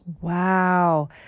Wow